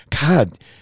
God